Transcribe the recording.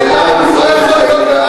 סליחה, אדוני.